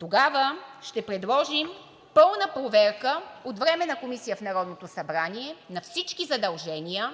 тогава ще предложим пълна проверка от временна комисия в Народното събрание на всички задължения,